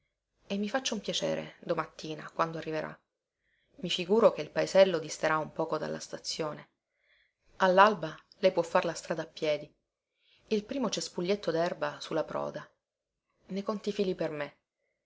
e mi faccia un piacere domattina quando arriverà i figuro che il paesello disterà un poco dalla stazione allalba lei può far la strada a piedi il primo cespuglietto derba su la proda ne conti i fili per me